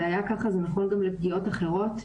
זה היה ככה וזה נכון גם לפגיעות אחרות.